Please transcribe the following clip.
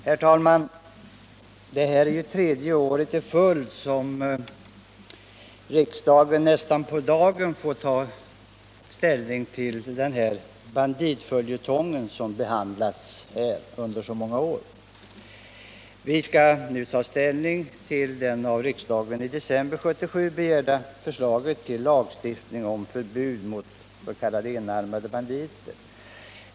Herr talman! Det är tredje året i följd som riksdagen får ta ställning i den här banditföljetongen. Vi skall nu ta ställning till det av riksdagen i december 1977 begärda förslaget om lagstiftning om förbud mot s.k. enarmade banditer.